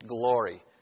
glory